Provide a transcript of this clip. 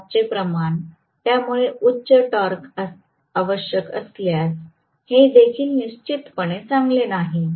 टॉर्कचे प्रमाण त्यामुळे उच्च टॉर्क आवश्यक असल्यास हे देखील निश्चितपणे चांगले नाही